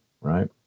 right